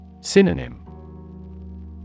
Synonym